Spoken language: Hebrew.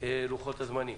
לוחות הזמנים.